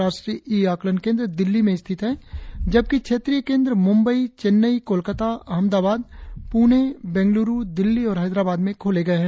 राष्ट्रीय ई आकलन केंद्र दिल्ली में स्थिति है जबकि क्षेत्रीय केंद्र मुमबई चेन्नई कोलकाता अहमदाबाद पुणे बेंगलूरु दिल्ली और हैदराबाद में खोले गये हैं